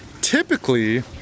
typically